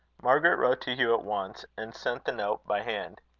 margaret wrote to hugh at once, and sent the note by hand.